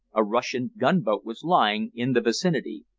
a russian gunboat was lying in the vicinity.